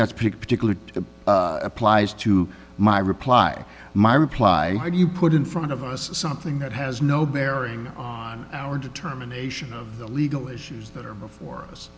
that's picked particularly applies to my reply my reply to you put in front of us something that has no bearing on our determination of the legal issues that are before us